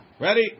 Ready